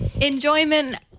Enjoyment